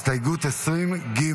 21. הסתייגות 21,